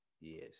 Yes